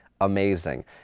amazing